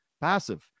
passive